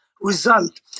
result